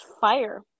fire